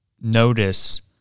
notice